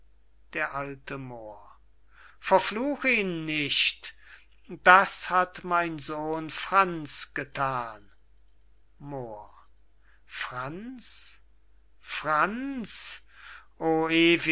d a moor verfluch ihn nicht das hat mein sohn franz gethan moor franz franz o